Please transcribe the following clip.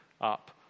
up